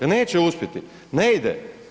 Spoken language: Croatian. Neće uspjeti, ne ide.